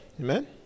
Amen